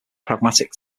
pragmatic